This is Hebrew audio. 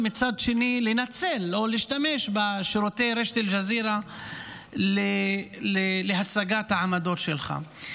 ומצד שני לנצל או להשתמש בשירותי רשת אל-ג'זירה להצגת העמדות שלך.